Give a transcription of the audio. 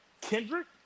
Kendrick